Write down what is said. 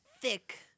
thick